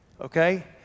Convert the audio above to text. Okay